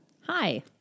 Hi